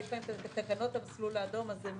יש להם את תקנות המסלול האדום אז הם